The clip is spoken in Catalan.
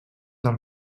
del